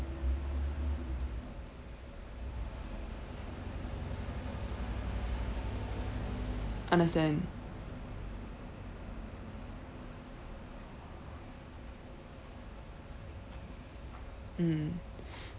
understand mm